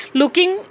looking